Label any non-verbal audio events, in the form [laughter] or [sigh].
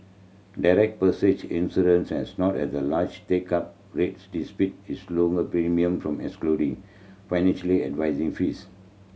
direct [unintelligible] insurance has not had the large take up rich despite its lower premium from excluding financially advising fees